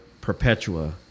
Perpetua